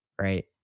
right